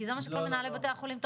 כי זה מה שכל מנהלי בתי החולים,